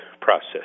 process